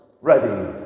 ready